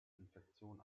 infektion